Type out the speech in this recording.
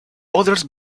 others